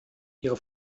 ihre